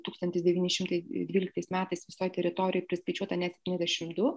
tūkstantis devyni šimtai dvyliktais metais visoj teritorijoj priskaičiuota net septyniasdešimt du